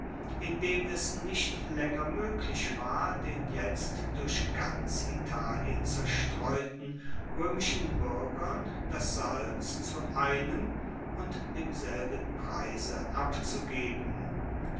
indem es nicht laenger moeglich war den jetzt durch ganz italien zerstreuten roemischen buergern das salz zu einem und demselben preise abzugeben